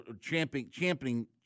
championing